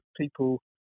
people